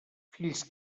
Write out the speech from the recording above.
fills